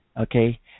okay